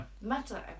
matter